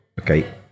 okay